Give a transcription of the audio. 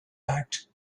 act